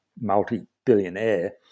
multi-billionaire